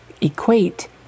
equate